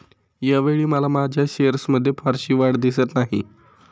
यावेळी मला माझ्या शेअर्समध्ये फारशी वाढ दिसत नाही